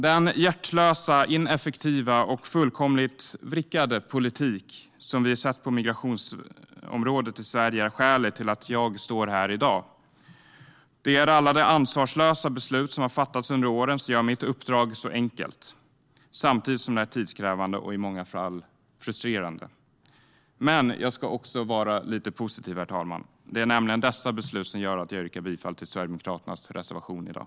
Den hjärtlösa, ineffektiva och fullkomligt vrickade politik som vi sett på migrationsområdet i Sverige är skälet till att jag står här i dag. Det är alla de ansvarslösa beslut som har fattats under åren som gör mitt uppdrag så enkelt, samtidigt som det är tidskrävande och i många fall frustrerande. Men jag ska också vara lite positiv, herr talman. Det är nämligen dessa beslut som gör att jag yrkar bifall till Sverigedemokraternas reservation i dag.